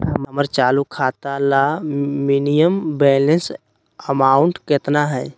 हमर चालू खाता ला मिनिमम बैलेंस अमाउंट केतना हइ?